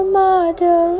mother